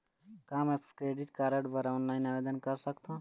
का मैं credit card बर ऑनलाइन आवेदन कर सकथों?